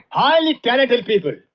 highly talented people!